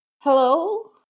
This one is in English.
Hello